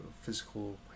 physical